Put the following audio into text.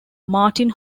martin